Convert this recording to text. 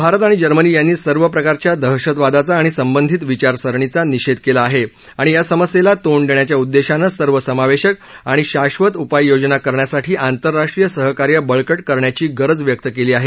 भारत आणि जर्मनी यांनी सर्व प्रकारच्या दहशतवादाचा आणि संबंधित विचारसरणीचा निषेध केला आहे आणि या समस्येला तोंड देण्याच्या उददेशानं सर्वसमावेशक आणि शाश्वत उपाययोजना करण्यासाठी आंतरराष्ट्रीय सहकार्य बळकट करण्याची गरज व्यक्त केली आहे